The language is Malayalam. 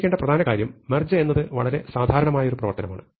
ശ്രദ്ധിക്കേണ്ട പ്രധാന കാര്യം മെർജ് എന്നത് വളരെ സാധാരണമായ ഒരു പ്രവർത്തനമാണ്